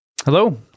Hello